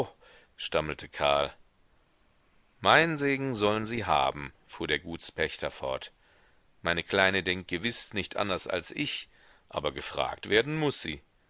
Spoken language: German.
stammelte karl meinen segen sollen sie haben fuhr der gutspächter fort meine kleine denkt gewiß nicht anders als ich aber gefragt werden muß sie